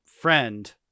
friend